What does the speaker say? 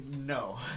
No